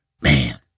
Man